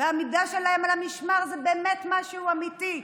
והעמידה שלהם על המשמר זה באמת משהו אמיתי,